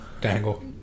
Dangle